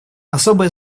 особое